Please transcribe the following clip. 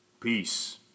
Peace